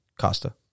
Costa